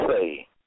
say